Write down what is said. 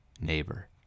neighbor